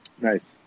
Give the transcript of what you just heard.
Nice